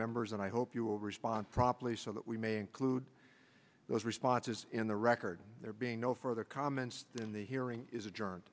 members and i hope you will respond properly so that we may include those responses in the record there being no further comments in the hearing is a